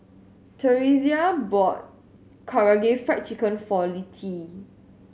Theresia bought Karaage Fried Chicken for Littie